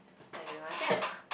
I don't know I think I c~